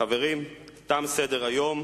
חברים, תם סדר-היום.